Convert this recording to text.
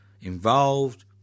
involved